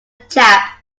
chap